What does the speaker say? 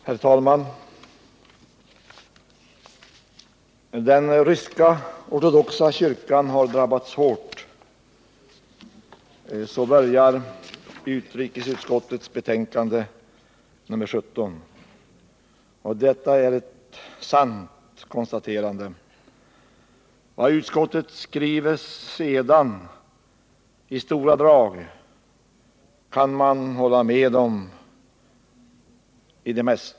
Herr talman! ”Den ryska ortodoxa kyrkan drabbades hårt ——-.” Så börjar utrikesutskottets skrivning i betänkandet nr 17. Detta är ett sant konstaterande. Det mesta av vad utskottet sedan i stora drag skriver kan man hålla med om.